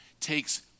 takes